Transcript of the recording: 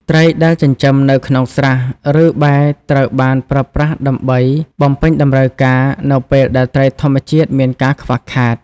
ត្រីដែលចិញ្ចឹមនៅក្នុងស្រះ ឬបែរត្រូវបានប្រើប្រាស់ដើម្បី បំពេញតម្រូវការ នៅពេលដែលត្រីធម្មជាតិមានការខ្វះខាត។